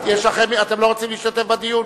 אתם לא רוצים להשתתף בדיון?